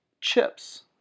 chips